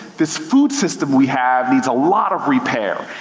this food system we have needs a lot of repair.